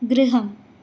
गृहम्